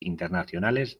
internacionales